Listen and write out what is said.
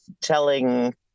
telling